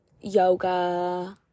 yoga